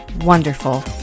Wonderful